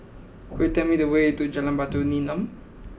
could you tell me the way to Jalan Batu Nilam